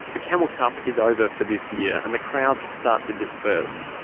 the camel cup is over for this year, and the crowds start to disperse.